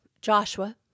Joshua